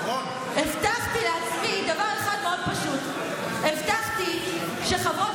הבטחתי לעצמי דבר אחד מאוד פשוט: הבטחתי שחברות